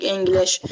English